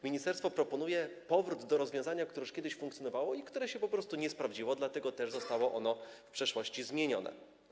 Ministerstwo proponuje powrót do rozwiązania, które już kiedyś funkcjonowało i które się po prostu nie sprawdziło, dlatego też zostało ono zmienione.